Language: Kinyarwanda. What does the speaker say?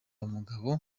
umugabo